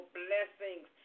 blessings